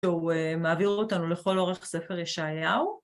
שהוא מעביר אותנו לכל אורך ספר ישעיהו.